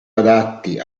adatti